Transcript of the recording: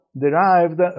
derived